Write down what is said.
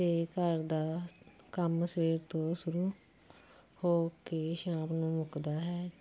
ਅਤੇ ਘਰ ਦਾ ਕੰਮ ਸਵੇਰ ਤੋਂ ਸ਼ੁਰੂ ਹੋ ਕੇ ਸ਼ਾਮ ਨੂੰ ਮੁੱਕਦਾ ਹੈ